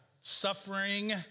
suffering